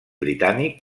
britànic